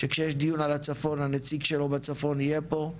שכשיש דיון בצפון שהנציג שלו בצפון יהיה פה.